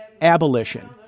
abolition